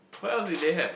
what else did they have